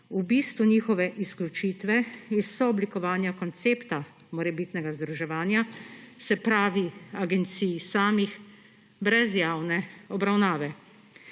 v bistvu njihove izključitve iz sooblikovanja koncepta morebitnega združevanja, se pravi agencij samih, brez javne obravnave.